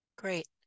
Great